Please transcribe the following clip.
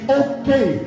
okay